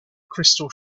crystal